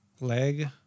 leg